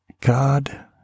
God